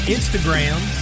Instagram